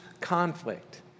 conflict